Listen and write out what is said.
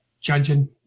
judging